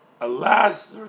Alas